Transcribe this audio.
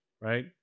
right